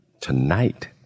tonight